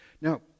Now